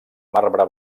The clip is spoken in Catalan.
marbre